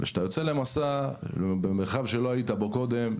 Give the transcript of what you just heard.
וכשאתה יוצא למסע במרחב שלא היית בו קודם,